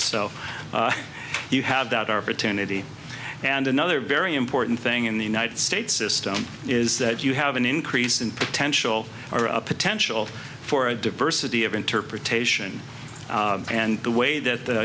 so you have that opportunity and another very important thing in the united states system is that you have an increase in potential or potential for a diversity of interpretation and the way that